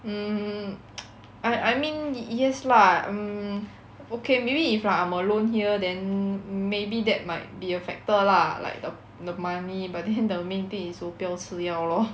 um I I mean yes lah um okay maybe if like I'm alone here then maybe that might be a factor lah like the the money but then the main thing is 我不要吃药 lor